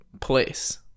place